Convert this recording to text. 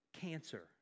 cancer